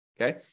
Okay